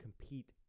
compete